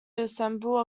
assemble